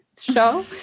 show